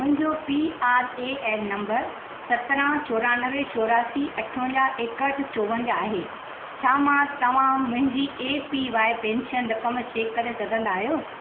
मुंहिंजो P R A N number सत्रहं चोरानवे चोरासी अठवंजाहु एकहठि चोवंजाहु आहे छा मां तव्हां मुंहिंजी ए पी वाय पेंशन रक़म चेक करे सघंदा आहियो